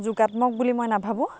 যুগাত্মক বুলি মই নাভাবোঁ